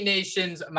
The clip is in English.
Nation's